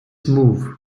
move